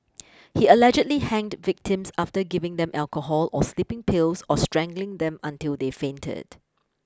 he allegedly hanged victims after giving them alcohol or sleeping pills or strangling them until they fainted